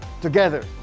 Together